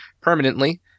permanently